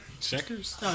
checkers